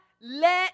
let